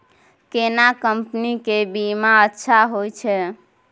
केना कंपनी के बीमा अच्छा होय छै?